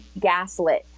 gaslit